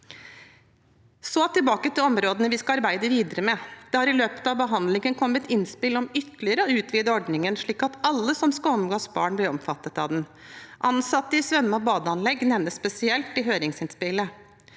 tilbake til områdene vi skal arbeide videre med: Det har i løpet av behandlingen kommet innspill om ytterligere å utvide ordningen, slik at alle som skal omgås barn, blir omfattet av den. Ansatte i svømme- og badeanlegg nevnes spesielt i høringsinnspillene.